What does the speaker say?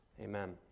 Amen